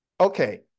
Okay